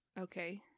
Okay